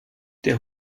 der